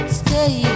stay